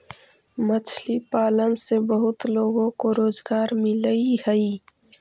मछली पालन से बहुत लोगों को रोजगार मिलअ हई